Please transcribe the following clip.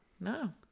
No